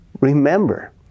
Remember